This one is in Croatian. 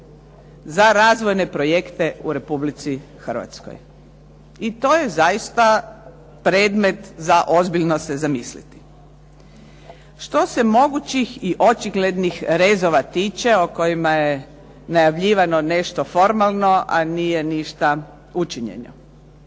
za razvojne projekte u Republici Hrvatskoj. I to je zaista predmet za ozbiljno se zamisliti. Što se mogućih i očiglednih rezova tiče, o kojima je najavljivano nešto formalno, a nije ništa učinjeno.